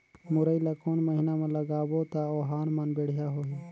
मुरई ला कोन महीना मा लगाबो ता ओहार मान बेडिया होही?